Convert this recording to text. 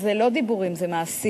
שזה לא דיבורים, זה מעשים.